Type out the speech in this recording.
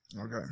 okay